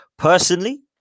Personally